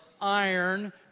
iron